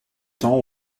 temps